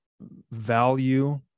value